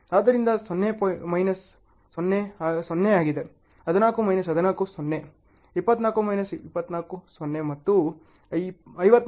ಆದ್ದರಿಂದ 0 ಮೈನಸ್ 0 0 ಆಗಿದೆ 14 minus 14 0 24 minus 24 0 ಮತ್ತು 53